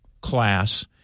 class